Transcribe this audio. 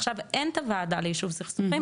עכשיו אין את הוועדה ליישוב סכסוכים,